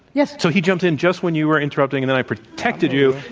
yes. so, he jumped in just when you were interrupting, and i protected you,